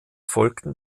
folgten